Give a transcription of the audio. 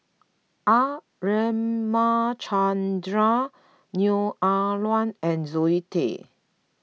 R Ramachandran Neo Ah Luan and Zoe Tay